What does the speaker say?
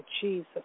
Jesus